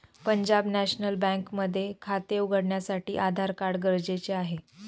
Punjab National Bank मध्ये खाते उघडण्यासाठी आधार कार्ड गरजेचे आहे